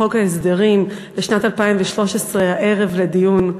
את חוק ההסדרים לשנת 2013 הערב לדיון.